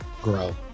grow